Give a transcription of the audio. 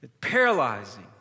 paralyzing